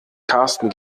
karsten